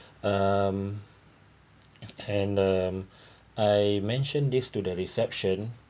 um and um I mentioned this to the reception